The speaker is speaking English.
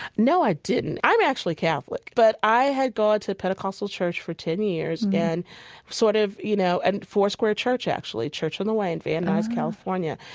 no, i didn't. i'm actually catholic. but i had gone to a pentecostal church for ten years and sort of, you know, and foursquare church actually, church on the way in van nuys, california.